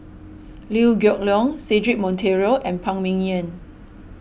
Liew Geok Leong Cedric Monteiro and Phan Ming Yen